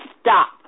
Stop